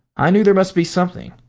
i knew there must be something!